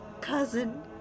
cousin